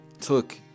took